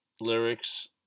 lyrics